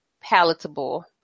palatable